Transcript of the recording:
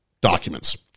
documents